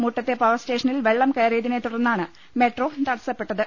മുട്ടത്തെ power സ്റ്റേഷ നിൽ വെള്ളം കയറിയതിനെത്തുടർന്നാണ് മെട്രോ തടസ്സപ്പെ ട്ടത്